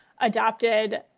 adopted